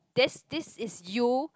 this this is you